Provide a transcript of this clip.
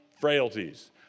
frailties